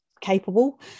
Capable